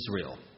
Israel